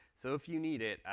so if you need it,